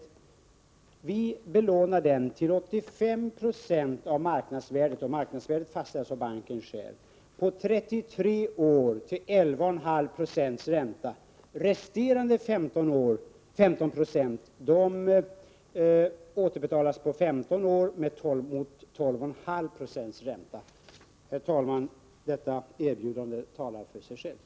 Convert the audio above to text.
Och så erbjöd sig banken att belåna den till 85 Jo av marknadsvärdet — och marknadsvärdet fastställs av banken själv — på 33 år till 11,5 96. Resterande 15 6 skulle återbetalas på 15 år mot 12,5 96 ränta. Herr talman! Detta erbjudande talar för sig självt.